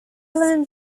learned